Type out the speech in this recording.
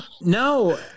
No